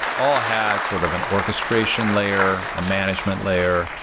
all had sort of an orchestration layer, a management layer,